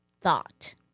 thought